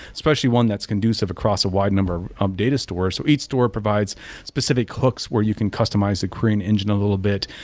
especially one that's conducive across a wide number of data stores so each store provides specific hooks where you can customize a querying engine a little bit,